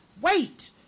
wait